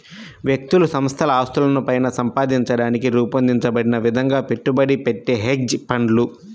వ్యక్తులు సంస్థల ఆస్తులను పైన సంపాదించడానికి రూపొందించబడిన విధంగా పెట్టుబడి పెట్టే హెడ్జ్ ఫండ్లు